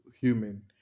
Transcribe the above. human